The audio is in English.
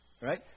Right